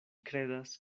kredas